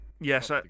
Yes